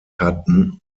hatten